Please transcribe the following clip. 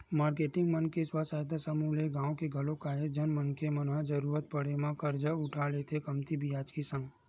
marketing मन के स्व सहायता समूह ले गाँव के घलोक काहेच झन मनखे मन ह जरुरत पड़े म करजा उठा लेथे कमती बियाज के संग